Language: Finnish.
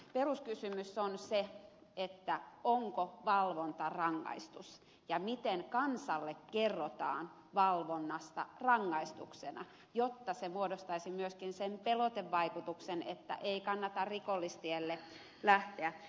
peruskysymys on se onko valvonta rangaistus ja miten kansalle kerrotaan valvonnasta rangaistuksena jotta se muodostaisi myöskin sen pelotevaikutuksen että ei kannata rikollistielle lähteä